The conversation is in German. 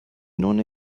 nonne